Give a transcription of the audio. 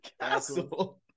castle